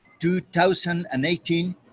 2018